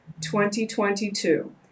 2022